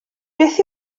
beth